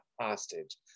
hostage